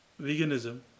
veganism